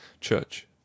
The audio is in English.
CHURCH